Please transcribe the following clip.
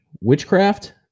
Witchcraft